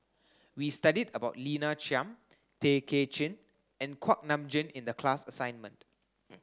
we studied about Lina Chiam Tay Kay Chin and Kuak Nam Jin in the class assignment